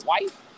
wife